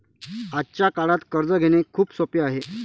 आजच्या काळात कर्ज घेणे खूप सोपे आहे